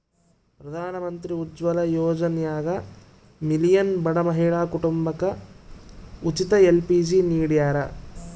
ಪ್ರಧಾನಮಂತ್ರಿ ಉಜ್ವಲ ಯೋಜನ್ಯಾಗ ಮಿಲಿಯನ್ ಬಡ ಮಹಿಳಾ ಕುಟುಂಬಕ ಉಚಿತ ಎಲ್.ಪಿ.ಜಿ ನಿಡ್ಯಾರ